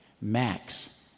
Max